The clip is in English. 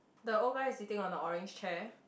the old guy is sitting on a orange chair